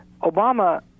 Obama